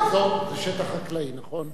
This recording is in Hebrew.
תבור זה שטח חקלאי, נכון?